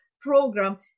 program